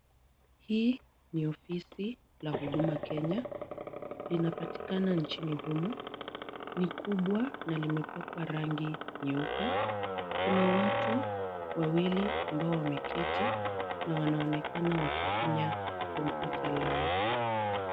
Hii ni ofisi la huduma Kenya. Linapatikana nchini humu. Ni kubwa na limepakwa rangi nyeupe. Kuna watu wawili ambao wameketi na wanaonekana wakifinya kompyuta lao.